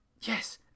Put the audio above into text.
Yes